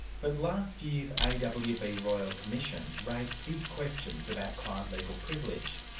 but last year's awb royal commission raised big questions about client legal privilege.